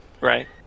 Right